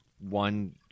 one